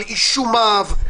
על אישומיו,